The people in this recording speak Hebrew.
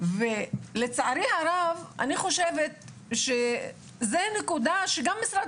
ולצערי הרב אני חושבת שזו נקודה שגם משרד